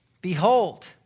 behold